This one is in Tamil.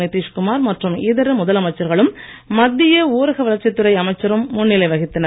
நிதிஷ் குமார் மற்றும் இதர முதலமைச்சர்களும் மத்திய ஊரக வளர்ச்சித் துறை அமைச்சரும் முன்னிலை வகித்தனர்